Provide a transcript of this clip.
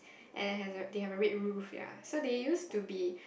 and has a they have a red roof ya so they used to be